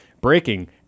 breaking